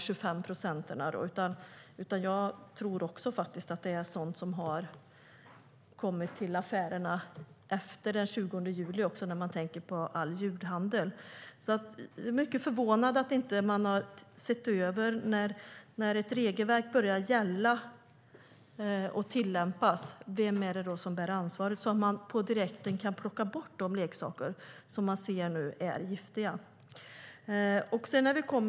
Med tanke på all julhandel tror jag att det är sådant som har kommit till affärerna även efter den 20 juli. Jag är mycket förvånad över att man inte har sett över vem som bär ansvaret för att ett regelverk tillämpas då det börjar gälla så att de leksaker som man nu ser är giftiga kan plockas bort på direkten.